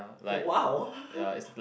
!wow!